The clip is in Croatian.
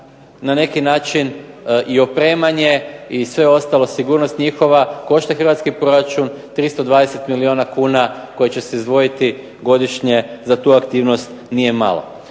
na neki način i opremanje i sve ostalo, sigurnost njihova košta hrvatski proračun 320 milijuna kuna koji će se izdvojiti godišnje za tu aktivnost nije mala.